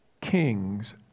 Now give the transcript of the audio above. kings